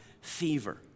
fever